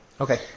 Okay